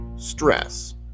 stress